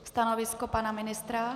Stanovisko pana ministra?